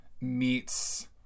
meets